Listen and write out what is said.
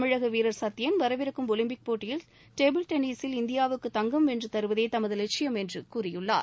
தமிழக வீரர் சத்யன் வரவிருக்கும் ஒலிம்பிக் போட்டியில் டேபிள் டென்னிஸில் இந்தியாவுக்கு தங்கம் வென்று தருவதே தமது லட்சியம் என்று கூறியுள்ளார்